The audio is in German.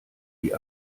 die